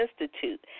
Institute